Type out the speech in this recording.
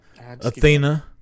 Athena